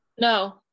No